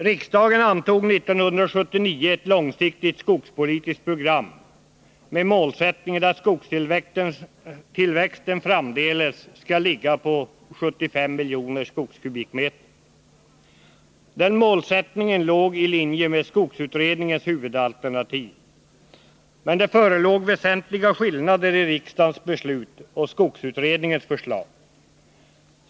Riksdagen antog 1979 ett långsiktigt skogspolitiskt program med målsättningen att skogstillväxten framdeles skall ligga på 75 miljoner skogskubikmeter. Den målsättningen låg i linje med skogsutredningens huvudalternativ. Men det förelåg väsentliga skillnader i riksdagens beslut och skogsutredningens förslag.